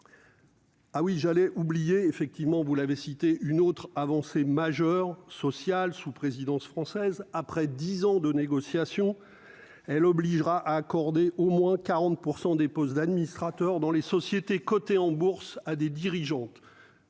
Ah oui j'allais oublier, effectivement, vous l'avez cité une autre avancée majeure sociale sous présidence française, après 10 ans de négociations, elle obligera accorder au moins 40 % des postes d'administrateur dans les sociétés cotées en bourse à des dirigeantes,